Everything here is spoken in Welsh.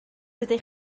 ydych